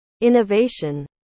innovation